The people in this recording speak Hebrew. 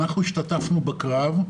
אנחנו השתתפנו בקרב,